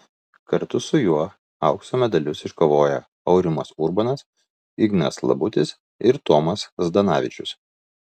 kartu su juo aukso medalius iškovojo aurimas urbonas ignas labutis ir tomas zdanavičius